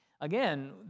again